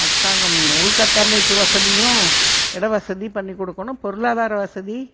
அரசாங்கம் உள்கட்டமைப்பு வசதியும் இடம் வசதியும் பண்ணி கொடுக்கணும் பொருளாதார வசதி